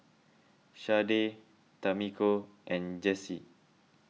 Sharday Tamiko and Jessye